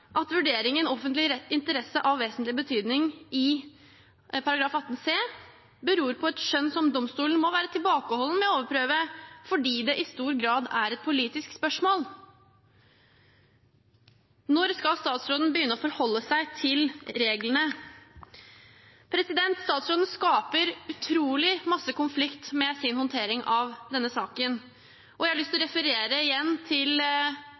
at vurderingen av «offentlig interesse av vesentlig betydning» i § 18 c beror på et skjønn som domstolen må være tilbakeholden med å overprøve, fordi det i stor grad er et politisk spørsmål. Når skal statsråden begynne å forholde seg til reglene? Statsråden skaper utrolig mange konflikter med sin håndtering av denne saken. Jeg har lyst til igjen å